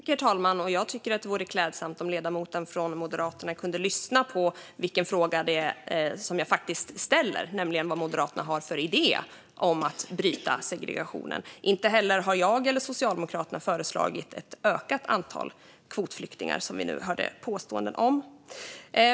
Herr talman! Och jag tycker att det vore klädsamt om ledamoten från Moderaterna kunde lyssna på vilken fråga jag faktiskt ställde, nämligen vad Moderaterna har för idé för att bryta segregationen. Inte heller har jag eller Socialdemokraterna föreslagit ett ökat antal kvotflyktingar, vilket vi nu hörde påståenden om.